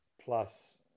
plus